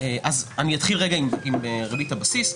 אז אני אתחיל עם ריבית הבסיס.